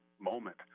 moment